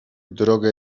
drogę